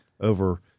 over